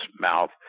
mouth